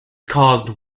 caused